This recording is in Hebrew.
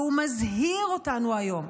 והוא מזהיר אותנו היום,